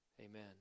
Amen